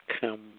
come